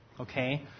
okay